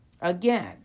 Again